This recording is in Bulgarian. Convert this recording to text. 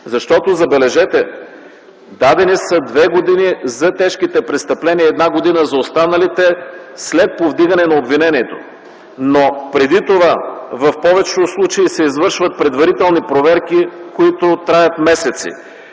Забележете, дадени са две години за тежките престъпления и една година за останалите след повдигане на обвинението. Но преди това в повечето случаи се извършват предварителни проверки, които траят месеци.